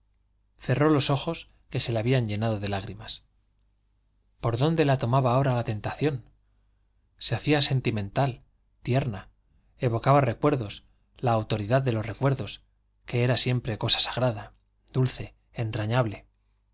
cerró los ojos que se le habían llenado de lágrimas por dónde la tomaba ahora la tentación se hacía sentimental tierna evocaba recuerdos la autoridad de los recuerdos que era siempre cosa sagrada dulce entrañable